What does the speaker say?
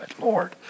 Lord